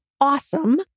awesome